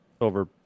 over